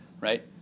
right